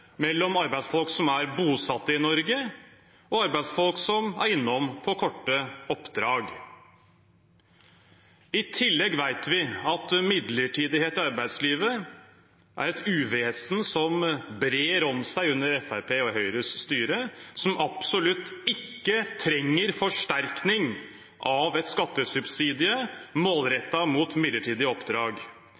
mellom arbeidsfolk som er bosatt i Norge, og arbeidsfolk som er innom på korte oppdrag. I tillegg vet vi at midlertidighet i arbeidslivet er et uvesen som brer seg under Fremskrittspartiet og Høyres styre, som absolutt ikke trenger forsterkning av en skattesubsidie målrettet mot midlertidige oppdrag.